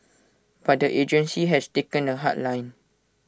but the agency has taken A hard line